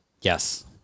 Yes